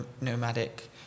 nomadic